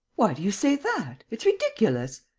why do you say that? it's ridiculous!